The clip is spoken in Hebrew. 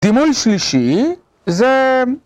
דימוי שלישי, זה ...